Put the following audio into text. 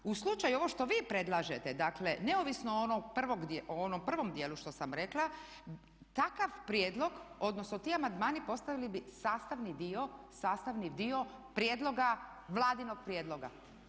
U slučaju ovo što vi predlažete dakle neovisno o onom prvom dijelu što sam rekla, takav prijedlog, odnosno ti amandmani postali bi sastavni dio prijedloga, vladinog prijedloga.